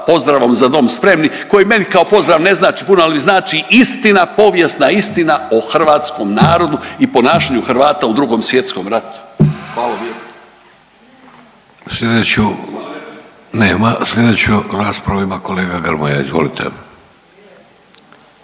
pozdravom „Za dom spremni“ koji meni kao pozdrav ne znači puno, ali mi znači istina, povijesna istina o hrvatskom narodu i ponašanju Hrvata u Drugom svjetskom ratu. **Vidović, Davorko (Socijaldemokrati)** Sljedeću raspravu ima kolega Grmoja, izvolite.